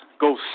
go